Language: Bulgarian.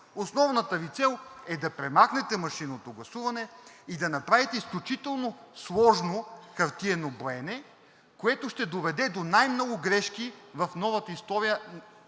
основната Ви цел е да премахнете машинното гласуване и да направите изключително сложно хартиено броене, което ще доведе до най-много грешки в новата история,